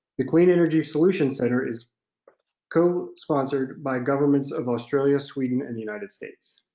the clean energy solutions center is cosponsored by governments of australia, sweden, and the united states.